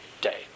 day